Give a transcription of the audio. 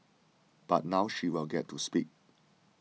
but now she will get to speak